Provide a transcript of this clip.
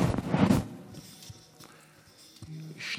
ההצעה להעביר את הנושא לוועדת החינוך,